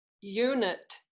unit